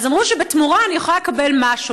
אז אמרו שבתמורה אני יכולה לקבל משהו,